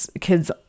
kids